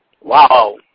Wow